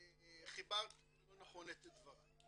חיברת לא נכון את דברייך.